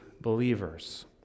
believers